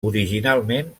originalment